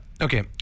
Okay